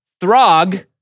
Throg